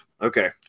Okay